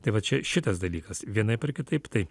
tai va čia šitas dalykas vienaip ar kitaip tai